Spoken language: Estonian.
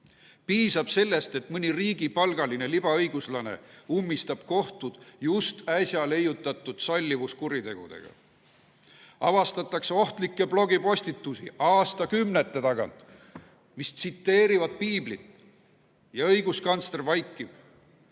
Piisab sellest, et mõni riigipalgaline libaõiguslane ummistab kohtud just äsja leiutatud sallivuskuritegudega. Avastatakse ohtlikke blogipostitusi aastakümnete tagant, mis tsiteerivad piiblit. Ja õiguskantsler vaikib.